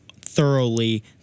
thoroughly